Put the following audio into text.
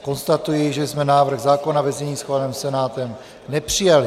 Konstatuji, že jsme návrh zákona ve znění schváleném Senátem nepřijali.